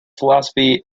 philosophy